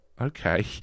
okay